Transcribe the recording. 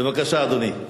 בבקשה, אדוני.